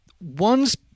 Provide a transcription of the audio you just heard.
one's